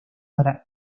para